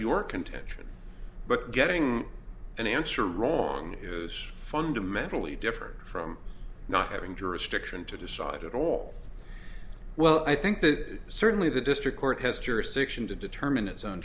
your contention but getting an answer wrong is fundamentally different from not having jurisdiction to decide at all well i think that certainly the district court has jurisdiction to determine its own